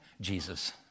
Jesus